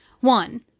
One